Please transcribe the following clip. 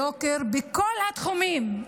יוקר בכל התחומים.